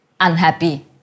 unhappy